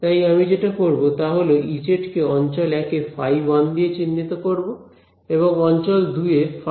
তাই আমি যেটা করব তা হল Ez কে অঞ্চল 1 এ φ1দিয়ে চিহ্নিত করব এবং অঞ্চল 2 এ φ2 দিয়ে চিহ্নিত করব